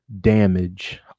damage